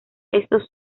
estos